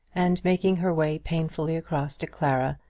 and making her way painfully across to clara,